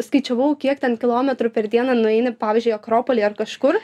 skaičiavau kiek ten kilometrų per dieną nueini pavyzdžiui akropolyje ar kažkur